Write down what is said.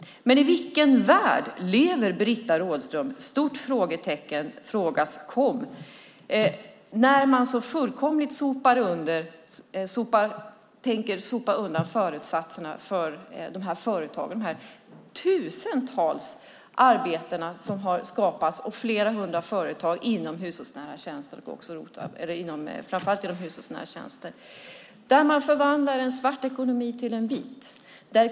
Men i vilken värld lever Britta Rådström när hon så fullkomligt tänker sopa undan förutsättningarna för de här företagen? Det har skapats tusentals arbeten och flera hundra företag inom hushållsnära tjänster. Där förvandlar man en svart ekonomi till en vit.